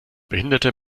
behinderte